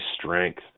strength